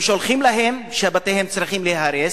שולחים להם שבתיהם צריכים להיהרס,